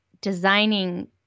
designing